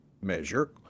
measure